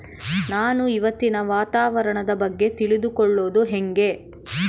ನಾನು ಇವತ್ತಿನ ವಾತಾವರಣದ ಬಗ್ಗೆ ತಿಳಿದುಕೊಳ್ಳೋದು ಹೆಂಗೆ?